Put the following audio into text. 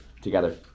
together